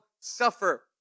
suffer